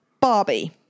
Barbie